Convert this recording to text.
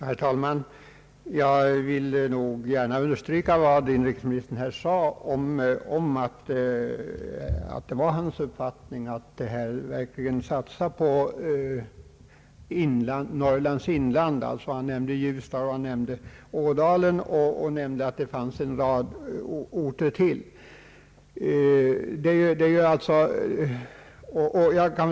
Herr talman! Jag vill gärna understryka vad inrikesministern sade om att man verkligen bör satsa på Norrlands inland. Han fpnämnde ljusdalsområdet, Ådalen ochöytterligare en rad orter.